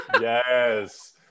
yes